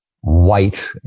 white